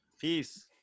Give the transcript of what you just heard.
Peace